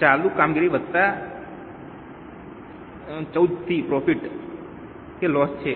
ચાલુ કામગીરી વત્તા XIV થી પ્રોફિટ કે લોસ છે